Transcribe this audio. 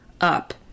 up